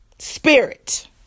spirit